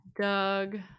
Doug